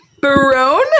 Barone